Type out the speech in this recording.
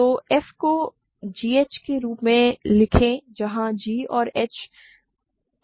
तो f को gh के रूप में लिखें जहां g और h Q X में हैं